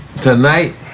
Tonight